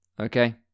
Okay